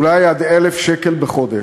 אולי עד 1,000 שקל בחודש.